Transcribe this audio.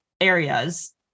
areas